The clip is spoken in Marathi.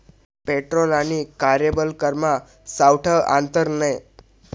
पेट्रोल आणि कार्यबल करमा सावठं आंतर नै